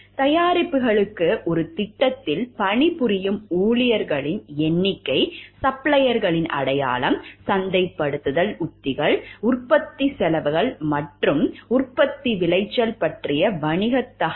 தயாரிப்புகளுக்கு ஒரு திட்டத்தில் பணிபுரியும் ஊழியர்களின் எண்ணிக்கை சப்ளையர்களின் அடையாளம் சந்தைப்படுத்தல் உத்திகள் உற்பத்தி செலவுகள் மற்றும் உற்பத்தி விளைச்சல் பற்றிய வணிகத் தகவல்